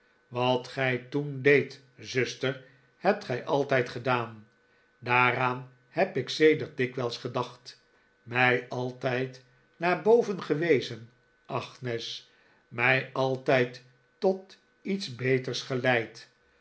wat gij toen deedt zuster hebt gij altijd gedaan daaraan heb ik sedert dikwijls gedacht mij altijd naar boven gewezen agnes mij altijd tot iets beters geleid